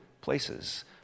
places